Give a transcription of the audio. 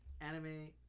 anime